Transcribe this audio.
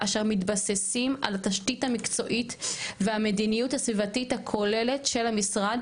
אשר מתבססים על התשתית המקצועית והמדיניות הסביבתית הכוללת של המשרד,